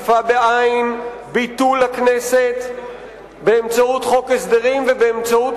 ביטול הכנסת באמצעות חוק הסדרים ובאמצעות